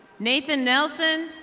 nathan nelson.